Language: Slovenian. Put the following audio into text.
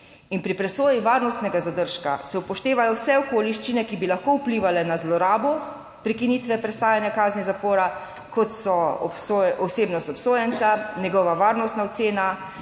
pri presoji varnostnega zadržka se upoštevajo vse okoliščine, ki bi lahko vplivale na zlorabo prekinitve prestajanja kazni zapora, kot so osebnost obsojenca, njegova varnostna ocena,